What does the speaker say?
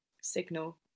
signal